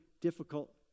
difficult